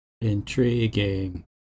Intriguing